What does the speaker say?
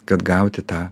kad gauti tą